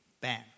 Bam